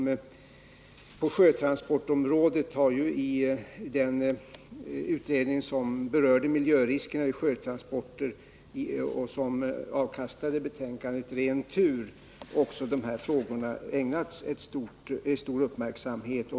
På sjötransportområdet har i den utredning som berörde miljöriskerna vid sjötransporter och som avkastade betänkandet Ren tur också de här frågorna ägnats stor uppmärksamhet.